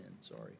sorry